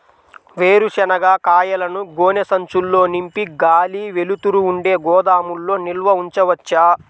వేరుశనగ కాయలను గోనె సంచుల్లో నింపి గాలి, వెలుతురు ఉండే గోదాముల్లో నిల్వ ఉంచవచ్చా?